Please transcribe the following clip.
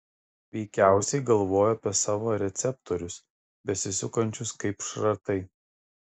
veikiausiai galvojo apie savo receptorius besisukančius kaip šratai